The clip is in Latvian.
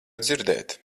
dzirdēt